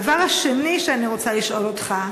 הדבר השני שאני רוצה לשאול אותך,